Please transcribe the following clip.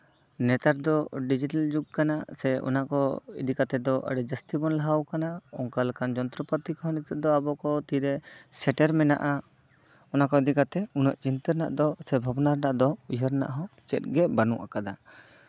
ᱱᱮᱛᱟᱨ ᱫᱚ ᱰᱤᱡᱤᱴᱟᱞ ᱡᱩᱜᱽ ᱠᱟᱱᱟ ᱥᱮ ᱚᱱᱟ ᱠᱚ ᱤᱫᱤ ᱠᱟᱛᱮᱜ ᱫᱚ ᱡᱟᱹᱥᱛᱤ ᱵᱚᱱ ᱞᱟᱦᱟ ᱟᱠᱟᱱᱟ ᱚᱱᱠᱟ ᱞᱮᱠᱟᱱ ᱡᱚᱱᱛᱚᱨᱚ ᱯᱟᱛᱤ ᱠᱚᱦᱚᱸ ᱱᱤᱛᱚᱜ ᱫᱚ ᱟᱵᱚ ᱠᱚ ᱛᱤᱨᱮ ᱥᱮᱴᱮᱨ ᱢᱮᱱᱟᱜᱼᱟ ᱚᱱᱟ ᱠᱚ ᱤᱫᱤ ᱠᱟᱛᱮᱜ ᱩᱱᱟᱹᱜ ᱪᱤᱱᱛᱟᱹ ᱨᱮᱱᱟᱜ ᱫᱚ ᱵᱷᱟᱵᱱᱟ ᱨᱮᱱᱟᱜ ᱫᱚ ᱩᱭᱦᱟᱹᱨ ᱨᱮᱱᱟᱜ ᱦᱚᱸ ᱪᱮᱫ ᱜᱮ ᱵᱟᱹᱱᱩᱜ ᱟᱠᱟᱫᱟ